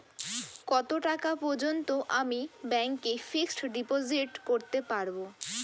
কত টাকা পর্যন্ত আমি ব্যাংক এ ফিক্সড ডিপোজিট করতে পারবো?